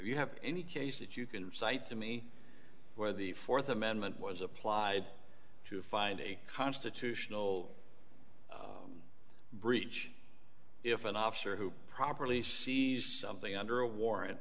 you have any case that you can cite to me where the fourth amendment was applied to find a constitutional breach if an officer who properly sees something under a warrant